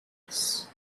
class